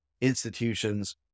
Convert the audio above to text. institutions